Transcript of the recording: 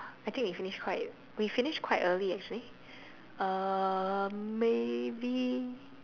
I think we finish quite we finish quite early actually uh maybe